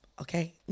Okay